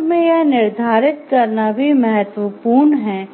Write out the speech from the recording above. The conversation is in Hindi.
अंत में यह निर्धारित करना भी महत्वपूर्ण है